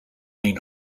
main